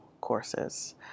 courses